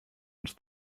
ens